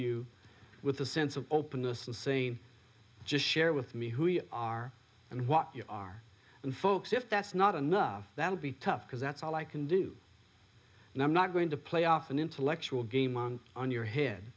you with a sense of openness and saying just share with me who you are and what you are and folks if that's not enough that would be tough because that's all i can do and i'm not going to play off an intellectual game on on your head